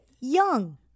young